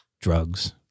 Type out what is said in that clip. drugs